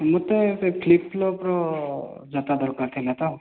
ମୋତେ ସେଇ ଫ୍ଲିପ ଫ୍ଲଫର ଜୋତା ଦରକାର ଥିଲା ତ